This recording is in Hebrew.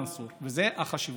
מנסור, זאת החשיבות.